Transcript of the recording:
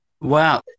Wow